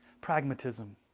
pragmatism